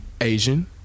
Asian